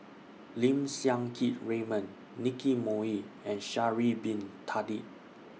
Lim Siang Keat Raymond Nicky Moey and Sha'Ari Bin Tadin